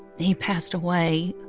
he passed away